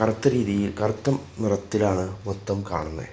കറുത്ത രീതിയിൽ കറുത്ത നിറത്തിലാണ് മൊത്തം കാണുന്നത്